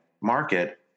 market